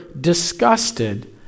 disgusted